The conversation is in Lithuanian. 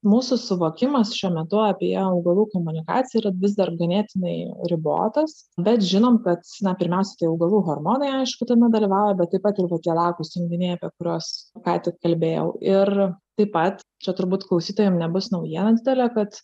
mūsų suvokimas šiuo metu apie augalų komunikaciją vis dar ganėtinai ribotas bet žinom kad na pirmiausia tai augalų hormonai aišku tame dalyvauja bet taip pat ir kokie lakūs junginiai apie kuriuos ką tik kalbėjau ir taip pat čia turbūt klausytojam nebus naujiena didelė kad